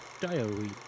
diary